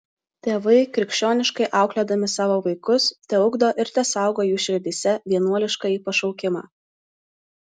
tėvai krikščioniškai auklėdami savo vaikus teugdo ir tesaugo jų širdyse vienuoliškąjį pašaukimą